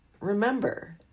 Remember